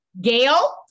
Gail